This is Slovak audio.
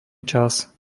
čas